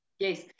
Yes